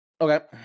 okay